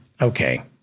Okay